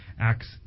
Acts